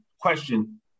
question